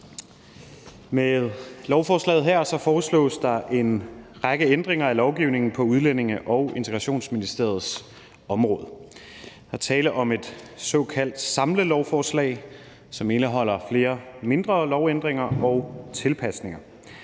Med lovforslaget her foreslås der er en række ændringer i lovgivningen på Udlændinge- og Integrationsministeriets område. Der er tale om et såkaldt samlelovforslag, som indeholder flere mindre lovændringer og tilpasninger.